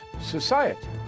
society